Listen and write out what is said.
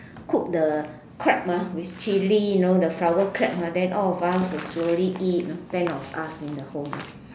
cook the crab ah with chili know the flower crab ah then all of us will slowly eat ten of us in the home